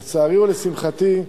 לצערי ולשמחתי,